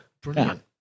brilliant